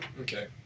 Okay